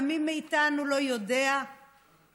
ומי מאיתנו לא יודע כמה